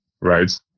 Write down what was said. Right